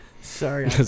Sorry